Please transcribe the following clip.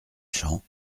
champs